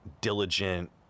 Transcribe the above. diligent